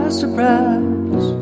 surprise